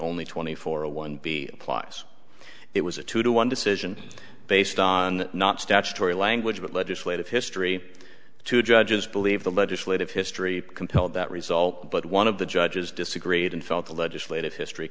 only twenty four a one b plus it was a two to one decision based on not statutory language but legislative history two judges believe the legislative history compel that result but one of the judges disagreed and felt the legislative history